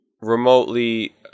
remotely